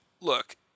look